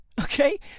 Okay